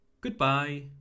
goodbye